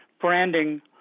branding